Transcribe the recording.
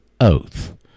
oath